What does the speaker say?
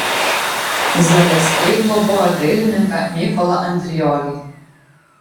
zaleskiai globojo dailininką mykolą andriolį